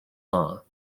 law